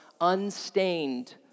unstained